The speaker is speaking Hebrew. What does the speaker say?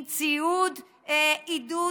עם ציוד עידוד,